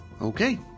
Okay